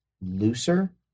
looser